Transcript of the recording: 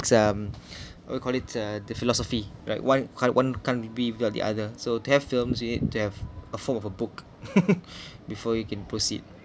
some what we called it the the philosophy right one can't one can't be without the other so to have films we need to have a form of a book before you can proceed